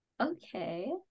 okay